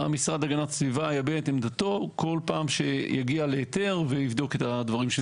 משרד הגנת הסביבה יביע את עמדתו כל פעם שיגיע להיתר ויבדוק את הדברים.